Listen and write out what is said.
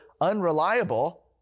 unreliable